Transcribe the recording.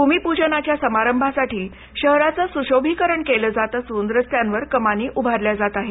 भूमीपूजनाच्या समारंभासाठी शहराचं सुशोभीकरण केलं जात असून रस्त्यांवर कमानी उभारल्या जात आहेत